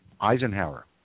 Eisenhower